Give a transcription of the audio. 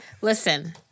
listen